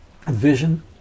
vision